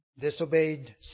Disobeyed